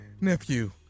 nephew